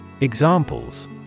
Examples